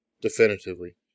definitively